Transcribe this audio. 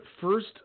first